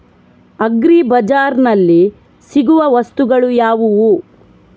Agri ಬಜಾರ್ನಲ್ಲಿ ಸಿಗುವ ವಸ್ತುಗಳು ಯಾವುವು?